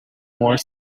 more